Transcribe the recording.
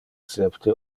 septe